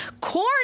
corn